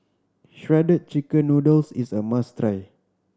Shredded Chicken Noodles is a must try